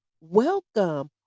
welcome